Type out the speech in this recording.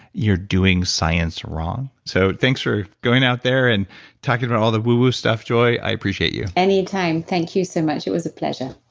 you're doing science wrong. so, thanks for going out there and talking about all the woo-woo stuff joy. i appreciate you any time. thank you so much. it was a pleasure